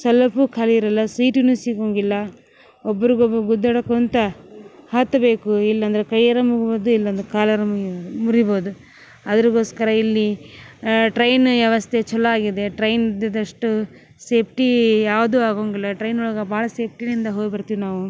ಸಲಪು ಖಾಲಿ ಇರಲ್ಲಾ ಸೀಟುನು ಸಿಗೊಂಗಿಲ್ಲಾ ಒಬ್ರಗೊಬ್ಬರು ಗುದ್ದಾಡಕೊಂತ ಹತ್ತಬೇಕು ಇಲ್ಲಂದ್ರ ಕೈಯರ ಮುರಿಬೋದು ಇಲ್ಲಂದ್ರ ಕಾಲರ ಮುರಿಬೋದು ಅದ್ರಗೋಸ್ಕರ ಇಲ್ಲಿ ಟ್ರೈನ್ ವ್ಯವಸ್ಥೆ ಛಲೋ ಆಗಿದೆ ಟ್ರೈನ್ ಇದ್ದಿದಷ್ಟು ಸೇಫ್ಟೀ ಯಾವುದು ಆಗೊಂಗಿಲ್ಲಾ ಟ್ರೈನ್ ಒಳಗೆ ಭಾಳ ಸೇಫ್ಟಿನಿಂದ ಹೋಗ್ಬರ್ತೀವು ನಾವು